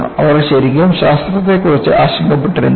അവർ ശരിക്കും ശാസ്ത്രത്തെക്കുറിച്ച് ആശങ്കപ്പെടുന്നില്ല